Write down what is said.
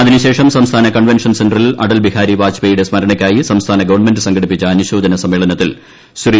അതിനുശേഷം സംസ്ഥാന കൺവെൻഷൻ സെന്ററിൽ അടൽ ബിഹാരി വാജ്പേയ്യുടെ സ്മരൂണയ്ക്കായി സംസ്ഥാന ഗവൺമെന്റ് സംഘടിപ്പിച്ച അനുശോചന്റ് സ്മ്മേളനത്തിൽ ശ്രീ